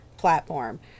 Platform